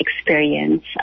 experience